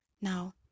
now